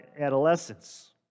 adolescence